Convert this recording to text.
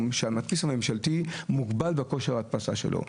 שהמדפיס הממשלתי מוגבל בכושר ההדפסה שלו.